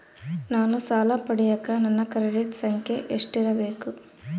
ನಾನು ಸಾಲ ಪಡಿಯಕ ನನ್ನ ಕ್ರೆಡಿಟ್ ಸಂಖ್ಯೆ ಎಷ್ಟಿರಬೇಕು?